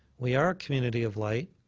we are a community of light.